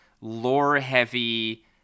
lore-heavy